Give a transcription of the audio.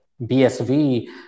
BSV